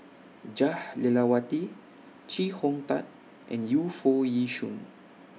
Jah Lelawati Chee Hong Tat and Yu Foo Yee Shoon